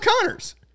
Connors